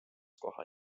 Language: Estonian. koha